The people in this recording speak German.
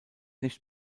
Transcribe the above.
nicht